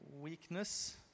weakness